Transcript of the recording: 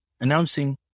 announcing